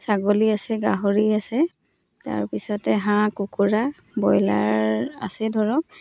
ছাগলী আছে গাহৰি আছে তাৰ পিছতে হাঁহ কুকুৰা ব্ৰইলাৰ আছে ধৰক